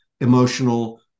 emotional